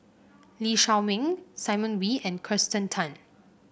Lee Shao Meng Simon Wee and Kirsten Tan